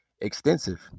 extensive